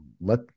let